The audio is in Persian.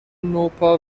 نوپا